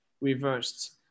reversed